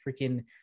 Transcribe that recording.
freaking